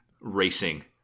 racing